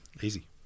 easy